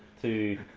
to.